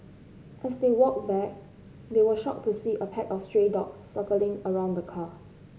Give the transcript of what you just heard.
as they walked back they were shocked to see a pack of stray dogs circling around the car